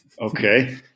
Okay